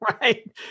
right